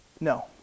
No